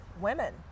women